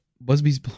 Busby's